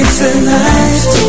tonight